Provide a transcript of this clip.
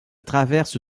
traverse